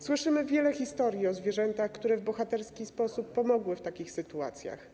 Słyszymy wiele historii o zwierzętach, które w bohaterski sposób pomagały w takich sytuacjach.